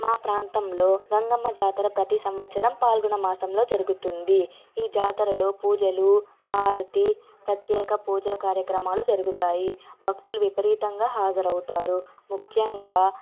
మా ప్రాంతంలో గంగమ్మ జాతర ప్రతి సంవత్సరం ఫాల్గుణ మాసంలో జరుగుతుంది ఈ జాతరలో పూజలు హారతి ప్రత్యేక పూజా కార్యక్రమాలు జరుగుతాయి భక్తులు విపరీతంగా హాజరవుతారు ముఖ్యంగా